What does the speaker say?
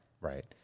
Right